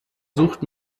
sucht